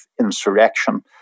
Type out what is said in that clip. insurrection